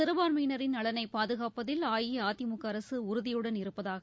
சிறுபான்மையினரின் நலனை பாதுகாப்பதில் அஇஅதிமுக அரசு உறுதியுடன் இருப்பதாக